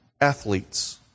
athletes